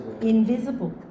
invisible